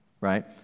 right